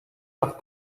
par